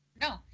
No